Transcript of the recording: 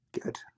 Good